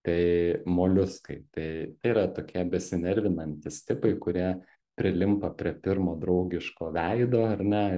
tai moliuskai tai tai yra tokie besinervinantys tipai kurie prilimpa prie pirmo draugiško veido ar ne